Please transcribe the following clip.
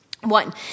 One